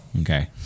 Okay